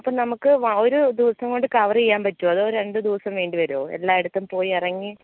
അപ്പോൾ നമുക്ക് വ ഒരു ദിവസം കൊണ്ട് കവറ് ചെയ്യാൻ പറ്റുവോ അതോ രണ്ട് ദിവസം വേണ്ടി വരോ എല്ലായിടത്തും പോയി ഇറങ്ങി